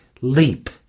leap